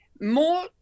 more